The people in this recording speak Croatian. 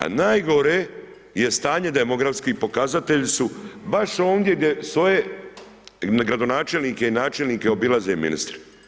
A najgore je stanje, demografski pokazatelji su baš ondje gdje stoje, gradonačelnik i načelnike obilaze ministri.